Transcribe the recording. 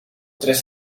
tres